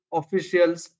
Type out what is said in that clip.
officials